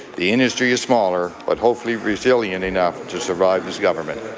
the industry is smaller, but hopefully resilient enough to survive this government.